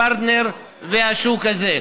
פרטנר והשוק הזה.